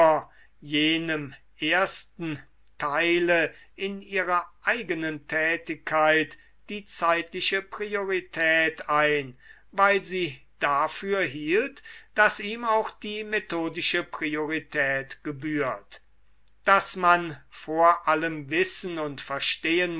jenem ersten teile in ihrer eigenen tätigkeit die zeitliche priorität ein weil sie dafür hielt daß ihm auch die methodische priorität gebührt daß man vor allem wissen und verstehen